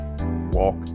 walk